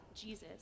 Jesus